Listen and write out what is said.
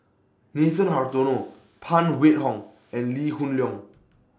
Nathan Hartono Phan Wait Hong and Lee Hoon Leong